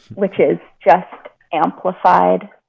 which is just amplified